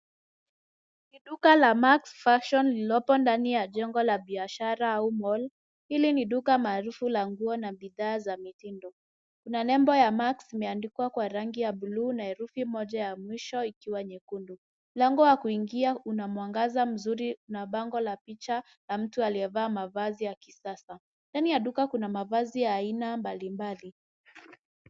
Ni duka laMax fashion lilopo ndani ya jengo la biashara au mall. Hili ni duka maarufu la nguo na bidhaa za mitindo. Kuna nembo ya Max imeandikwa kwa rangi ya blue na herufi moja ya mwisho ikiwa nyekundu. Mlango wa kuingia una mwangaza mzuri na bango la picha la mtu aliyevaa mavazi ya kisasa. Ndani ya duka kuna mavazi ya aina mbalimbali.